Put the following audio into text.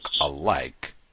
Alike